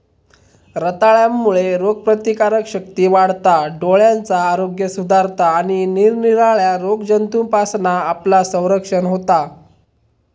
रताळ्यांमुळे रोगप्रतिकारशक्ती वाढता, डोळ्यांचा आरोग्य सुधारता आणि निरनिराळ्या रोगजंतूंपासना आपला संरक्षण होता